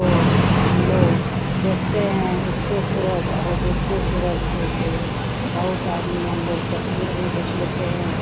तो हमलोग देखते हैं उगते सूरज और डूबते सूरज को तो बहुत आदमी हमलोग तस्वीर भी खीँच लेते हैं